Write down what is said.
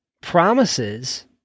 promises